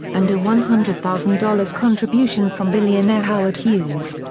and a one hundred thousand dollars contribution from billionaire howard hughes.